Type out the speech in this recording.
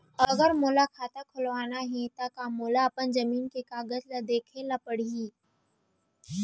अगर मोला खाता खुलवाना हे त का मोला अपन जमीन के कागज ला दिखएल पढही?